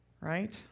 right